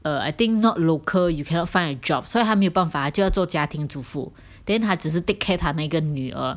err I think not local you cannot find a job 所以他没有办法就要做家庭主妇 then 他只是 take care 她那个女儿